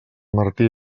martí